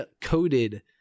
coded